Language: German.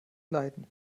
leiden